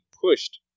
pushed